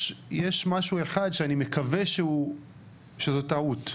יש משהו אחד שאני מקווה שזו טעות,